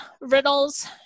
riddles